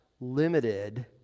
limited